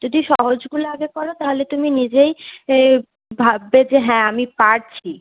যদি সহজগুলো আগে করো তাহলে তুমি নিজেই এ ভাববে যে হ্যাঁ আমি পারছি